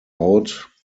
out